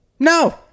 No